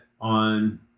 on